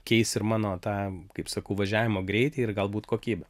keis ir mano tą kaip sakau važiavimo greitį ir galbūt kokybę